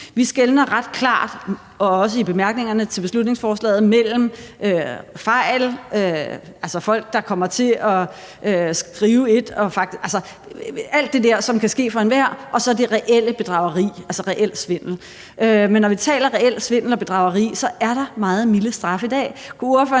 Vi skelner ret klart, og også i bemærkningerne til beslutningsforslaget, mellem fejl, altså folk, der kommer til at skrive et og mener noget andet – alt det der, der kan ske for enhver – og så det reelle bedrageri, altså reel svindel. Men når vi taler reel svindel og bedrageri, er der meget milde straffe i dag.